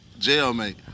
jailmate